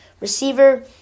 receiver